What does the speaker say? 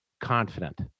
confident